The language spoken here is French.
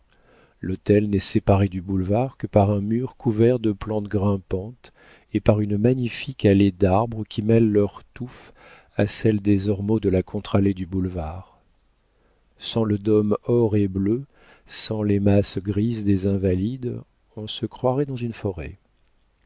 l'hôtel n'est séparé du boulevard que par un mur couvert de plantes grimpantes et par une magnifique allée d'arbres qui mêlent leurs touffes à celles des ormeaux de la contre-allée du boulevard sans le dôme or et bleu sans les masses grises des invalides on se croirait dans une forêt